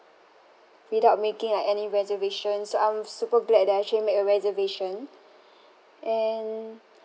without making like any reservation so I'm super glad that I actually make a reservation and